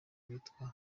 uwitwa